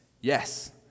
Yes